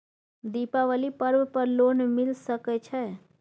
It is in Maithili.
दीपावली पर्व पर लोन मिल सके छै?